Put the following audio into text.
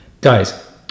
Guys